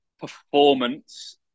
performance